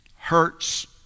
Hurts